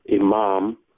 Imam